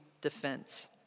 defense